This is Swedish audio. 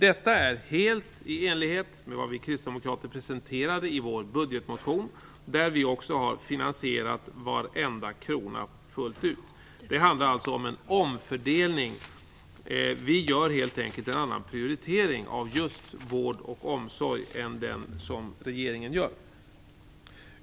Detta är helt i enlighet med vad vi kristdemokrater presenterade i vår budgetmotion, där vi också har finansierat varenda krona fullt ut. Det handlar alltså om en omfördelning. Vi gör helt enkelt en annan prioritering av vård och omsorg än vad regeringen gör.